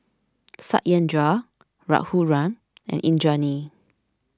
Satyendra Raghuram and Indranee